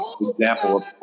example